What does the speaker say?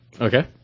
Okay